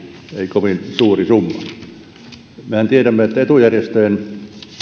kovin suuri summa mehän tiedämme että etujärjestöjen